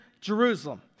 Jerusalem